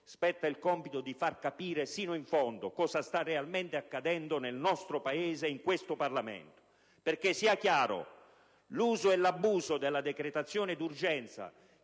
spetta il compito di far capire fino in fondo che cosa sta realmente accadendo nel nostro Paese e in questo Parlamento, perché sia chiaro l'uso e l'abuso della decretazione d'urgenza